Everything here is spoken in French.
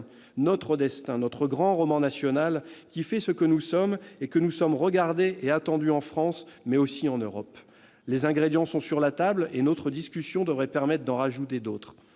notre destin, notre grand roman national qui fait ce que nous sommes et que nous sommes regardés et attendus, en France mais aussi en Europe. Les ingrédients sont sur la table, et nos débats devraient permettre d'en ajouter d'autres.